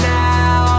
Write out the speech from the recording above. now